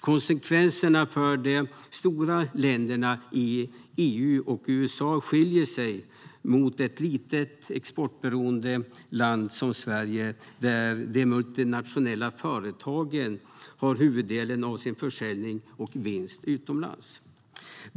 Konsekvenserna för de stora länderna i EU och USA skiljer sig mot dem för ett litet, exportberoende land som Sverige, där de multinationella företagen har huvuddelen av sin försäljning och vinst utomlands.